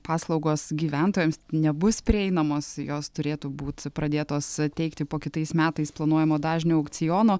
paslaugos gyventojams nebus prieinamos jos turėtų būt pradėtos teikti po kitais metais planuojamo dažnių aukciono